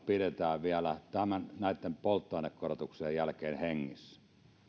pidetään vielä näitten polttoainekorotuksien jälkeen hengissä